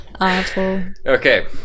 Okay